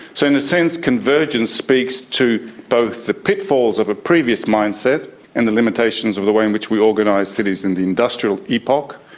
so in a sense convergence speaks to both the pitfalls of a previous mindset and the limitations of the way in which we organise cities in the industrial epoque.